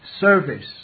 service